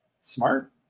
smart